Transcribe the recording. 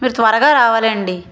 మీరు త్వరగా రావాలండి